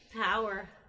power